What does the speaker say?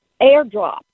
AirDrop